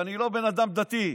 ואני לא בן אדם דתי.